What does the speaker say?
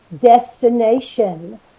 destination